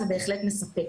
זה בהחלט מספק,